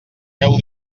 deu